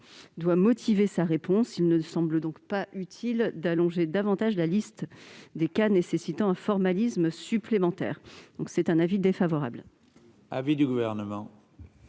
doit motiver sa réponse. Il ne semble donc pas utile d'allonger davantage la liste des cas nécessitant un formalisme supplémentaire. L'avis de